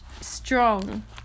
strong